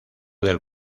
del